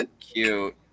Cute